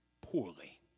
poorly